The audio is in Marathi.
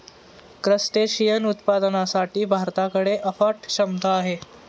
क्रस्टेशियन उत्पादनासाठी भारताकडे अफाट क्षमता आहे